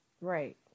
Right